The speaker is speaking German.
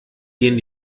gehen